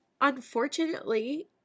unfortunately